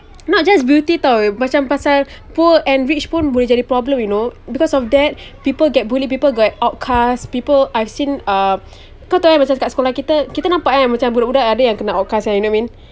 not just beauty [tau] macam pasal poor and rich pun boleh jadi problem you know because of that people get bullied people got outcast people I've seen uh kau tahu kan macam kat sekolah kita kita nampak kan macam budak budak ada yang kena outcast kan you know what I mean